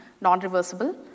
non-reversible